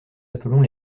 appelons